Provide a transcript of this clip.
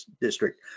District